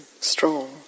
strong